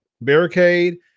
barricade